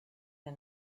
der